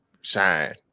shine